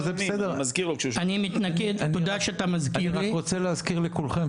אני רק רוצה להזכיר לכולכם,